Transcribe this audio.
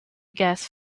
gas